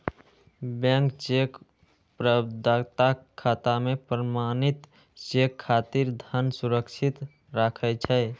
bank cheque प्रदाताक खाता मे प्रमाणित चेक खातिर धन सुरक्षित राखै छै